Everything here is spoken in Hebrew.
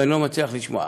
ואני לא מצליח לשמוע.